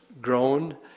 grown